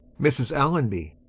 mrs. allonby.